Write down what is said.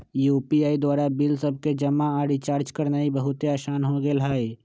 UPI द्वारा bill सभके जमा आऽ रिचार्ज करनाइ बहुते असान हो गेल हइ